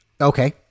Okay